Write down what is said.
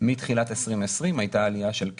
מתחילת 2020 הייתה עלייה של כ-13%.